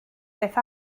beth